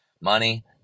money